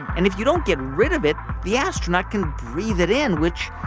and if you don't get rid of it, the astronaut can breathe it in, which,